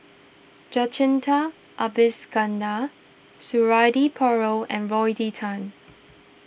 Jacintha Abisheganaden Suradi Parjo and Rodney Tan